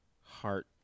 heart